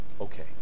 okay